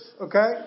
okay